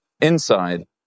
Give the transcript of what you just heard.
inside